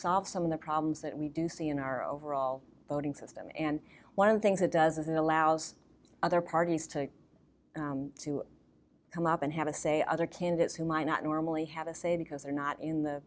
solves some of the problems that we do see in our overall voting system and one of the things it does is it allows other parties to come up and have a say other candidates who might not normally have a say because they're not in the